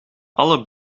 alle